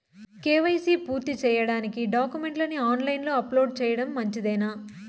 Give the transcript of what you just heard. KYC పూర్తి సేయడానికి డాక్యుమెంట్లు ని ఆన్ లైను లో అప్లోడ్ సేయడం మంచిదేనా?